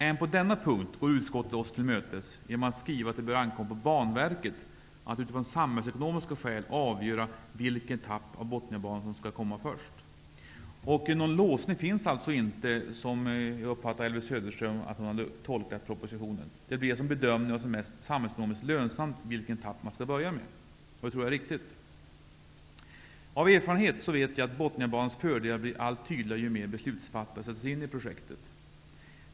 Även på denna punkt går utskottet oss till mötes genom att anföra att det bör ankomma på Banverket att utifrån samhällsekonomiska grunder avgöra vilken etapp av Botniabanan som skall komma först. Någon låsning finns alltså inte, som jag uppfattar att Elvy Söderström har tolkat propositionen. Vilken etapp som skall påbörjas först bedöms utifrån samhällsekonomiska grunder. Jag tror att det är riktigt. Av erfarenhet vet jag att Botniabanans fördelar blir allt tydligare ju mer olika beslutsfattare sätter sig in i projektet.